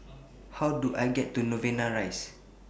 How Do I get to Novena Rise